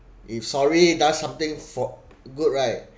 if sorry does something for good right